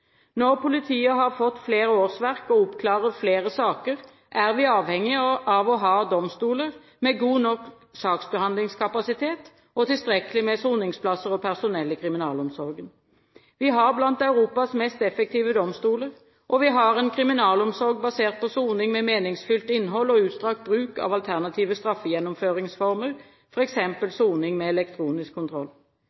Når politiet har fått flere årsverk og oppklarer flere saker, er vi avhengige av å ha domstoler med god nok saksbehandlingskapasitet og tilstrekkelig med soningsplasser og personell i kriminalomsorgen. Vi har blant Europas mest effektive domstoler, og vi har en kriminalomsorg basert på soning med meningsfylt innhold og utstrakt bruk av alternative straffegjennomføringsformer,